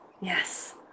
Yes